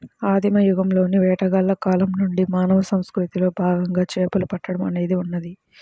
ఆదిమ యుగంలోని వేటగాళ్ల కాలం నుండి మానవ సంస్కృతిలో భాగంగా చేపలు పట్టడం అనేది ఉన్నది